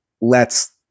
lets